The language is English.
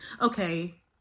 Okay